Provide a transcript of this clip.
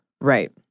right